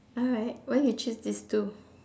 alright why you choose these two